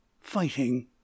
Fighting